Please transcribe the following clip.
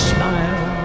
Smile